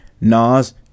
Nas